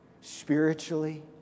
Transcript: Spiritually